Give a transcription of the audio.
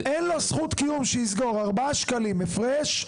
ארבעה שקלים הפרש,